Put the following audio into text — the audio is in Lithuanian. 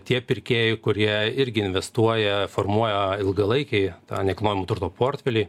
tie pirkėjai kurie irgi investuoja formuoja ilgalaikį tą nekilnojamo turto portfelį